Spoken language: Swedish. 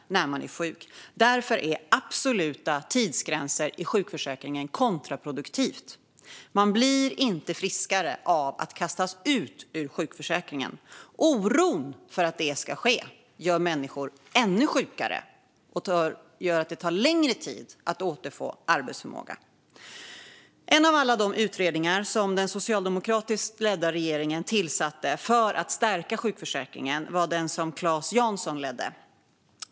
Därför är absoluta tidsgränser i sjukförsäkringen något kontraproduktivt. Man blir inte friskare av att kastas ut ur sjukförsäkringen. Oron för att det ska ske gör människor ännu sjukare och gör att det tar längre tid att återfå arbetsförmåga. En av alla de utredningar som den socialdemokratiskt ledda regeringen tillsatte för att stärka sjukförsäkringen var den som Claes Jansson ledde.